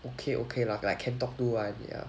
okay okay lah I can talk to [one] ya